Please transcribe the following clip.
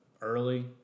early